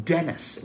Dennis